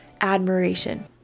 admiration